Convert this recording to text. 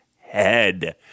head